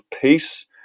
peace